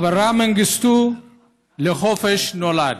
אברה מנגיסטו לחופש נולד.